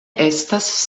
estas